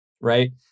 right